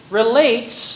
relates